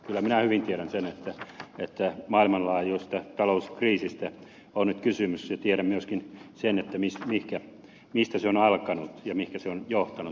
kyllä minä hyvin tiedän sen että maailmanlaajuisesta talouskriisistä on nyt kysymys ja tiedän myöskin sen mistä se on alkanut ja mihinkä se on johtanut